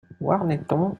warneton